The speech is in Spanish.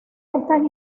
estas